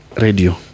radio